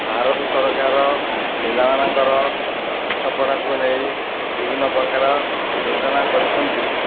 ଭାରତ ସରକାର ପିଲାମାନଙ୍କର ପାଠପଢ଼ାକୁ ନେଇ ବିଭିନ୍ନ ପ୍ରକାରର ଯୋଜନା କରିଛନ୍ତି